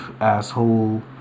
Asshole